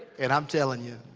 and i'm tellin' ya.